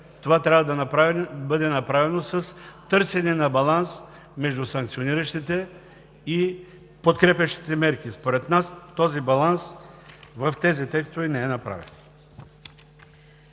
това трябва да бъде направено с търсене на баланс между санкциониращите и подкрепящите мерки. Според нас такъв баланс не е направен